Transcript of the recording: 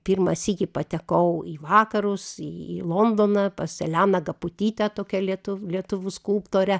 pirmą sykį patekau į vakarus į londoną pas elena gaputytę tokią lietuv lietuvių skulptorę